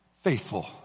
faithful